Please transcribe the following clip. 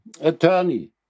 attorney